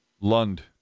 Lund